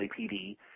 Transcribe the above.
LAPD